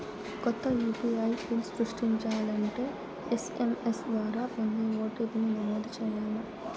కొత్త UPI pin సృష్టించాలంటే SMS ద్వారా పొందే ఓ.టి.పి.ని నమోదు చేయాల్ల